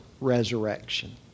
resurrection